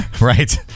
Right